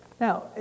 Now